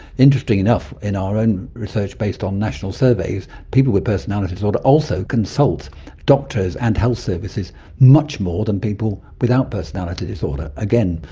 interestingly enough in our own research based on national surveys people with personality disorder also consult doctors and health services much more than people without personality disorder. again,